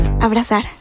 abrazar